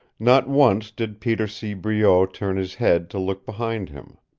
not once did peter see breault turn his head to look behind him.